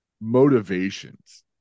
motivations